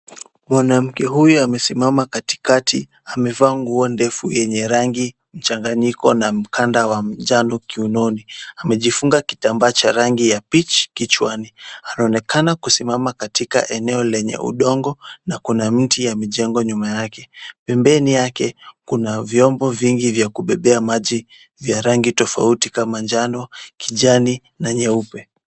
Mwanamke huyu amesimama katikati, amevaa nguo ndefu yenye rangi mchanganyiko na mkanda wa njano kiunoni. Amejifunga kitambaa cha rangi ya peach kichwani. Anaonekana kusimama katika eneo lenye udongo na kuna mti ya mjengo nyuma yake. Pembeni yake kuna vyombo vingi vya kubebea maji vya rangi tofauti kama njano, kijani na nyeupe.